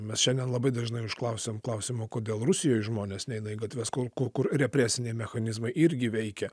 mes šiandien labai dažnai užklausiame klausimo kodėl rusijoje žmonės neina į gatves kur kur represiniai mechanizmai irgi veikia